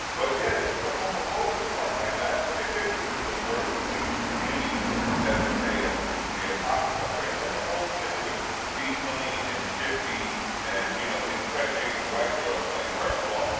but yeah it's the homophobic part, like that's what they think. this is the worst thing you can be as as a male is to be a cock sucker and then the whole thing with d money and shifty and you know impregnating white girls, like first of all.